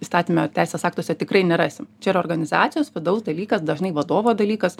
įstatyme teisės aktuose tikrai nerasim čia yra organizacijos vidaus dalykas dažnai vadovo dalykas